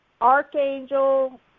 Archangel